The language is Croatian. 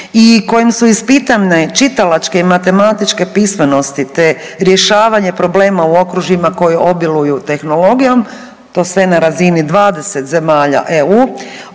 i kojim su ispitane čitalačke i matematičke pismenosti, te rješavanje problema u okružjima koji obiluju tehnologijom. To sve na razini 20 zemalja EU.